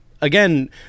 again